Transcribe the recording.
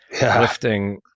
lifting